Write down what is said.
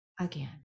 again